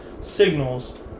signals